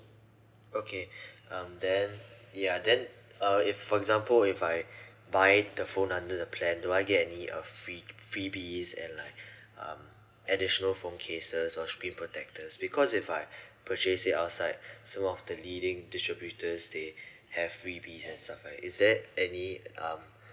okay um then ya then uh if for example if I buy the phone under the plan do I get any uh free freebies and like um additional phone cases or screen protectors because if I purchase it outside some of the leading distributors they have freebies and stuff like that is there any um